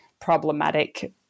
problematic